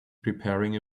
preparing